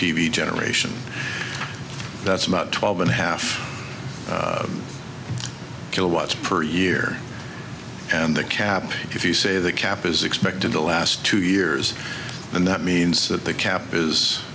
v generation that's about twelve and a half kilowatts per year and the cap if you say the cap is expected to last two years and that means that the cap is